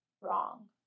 Wrong